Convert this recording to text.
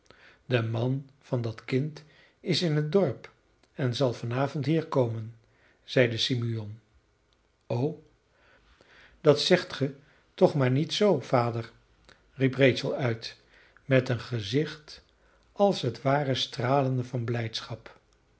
de man van dat kind is in het dorp en zal van avond hier komen zeide simeon o dat zegt ge toch maar niet zoo vader riep rachel uit met een gezicht als het ware stralende van blijdschap